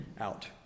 out